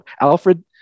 alfred